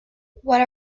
what